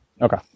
Okay